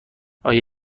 آیا